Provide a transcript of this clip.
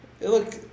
Look